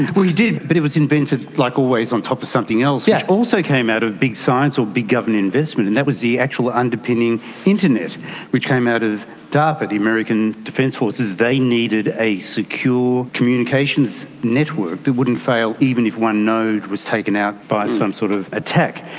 he did, but it was invented, like always, on top of something else, which also came out of big science or big government investment, and that was the actual underpinning internet which came out of darpa, the american defence forces, they needed a secure communications network that wouldn't fail even if one node was taken out by some sort of attack.